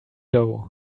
doe